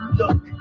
look